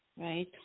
right